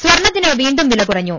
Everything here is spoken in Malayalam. സ്വർണ്ണത്തിന് വീണ്ടും വില കുറഞ്ഞു